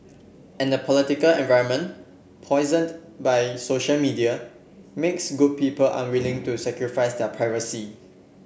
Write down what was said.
and the political environment poisoned by social media makes good people unwilling to sacrifice their privacy